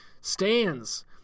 stands